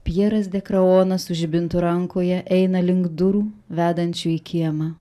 pjeras de kraonas su žibintu rankoje eina link durų vedančių į kiemą